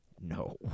No